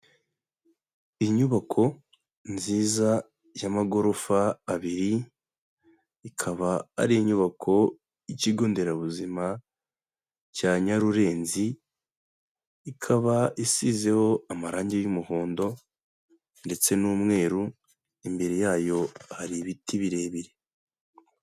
Inyubako nziza y'amagorofa abiri, ikaba ari inyubako y'Ikigo Nderabuzima cya Nyarurenzi, ikaba isizeho amarangi y'umuhondo ndetse n'umweru, imbere yayo hari ibiti birebire.